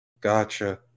Gotcha